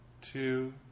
two